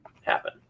happen